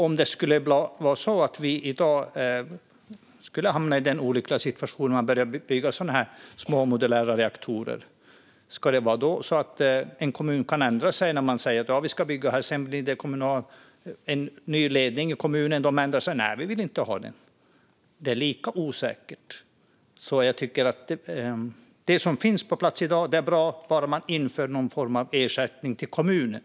Om vi i dag skulle hamna i den olyckliga situationen att man börjar bygga små modulära reaktorer, ska en kommun då kunna ändra sig? Den säger: Vi ska bygga här. Sedan blir det en ny ledning i kommunen, och den säger: Vi vill inte ha det. Det är lika osäkert. Jag tycker att det som finns på plats i dag är bra. Det behövs bara att man inför någon form av ersättning till kommunen.